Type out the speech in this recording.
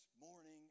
morning